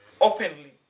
openly